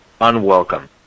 unwelcome